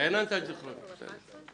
תדאג לכל אחד מאלה: (1)